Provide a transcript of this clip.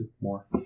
more